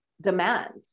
demand